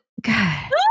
God